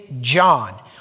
John